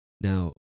Now